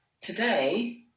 today